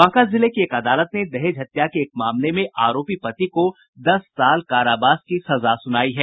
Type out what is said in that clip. बांका जिले की एक अदालत ने दहेज हत्या के एक मामले में आरोपी पति को दस साल कारावास की सजा सुनायी है